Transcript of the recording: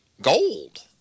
gold